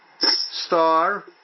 star